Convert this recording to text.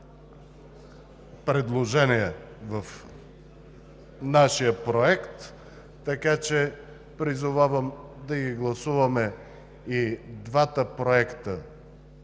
предложения в нашия проект, така че призовавам да гласуваме и двата проекта